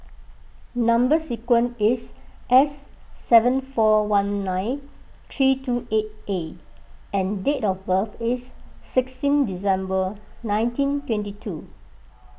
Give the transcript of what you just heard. Number Sequence is S seven four one nine three two eight A and date of birth is sixteen December nineteen twenty two